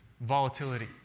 volatility